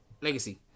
Legacy